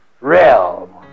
realm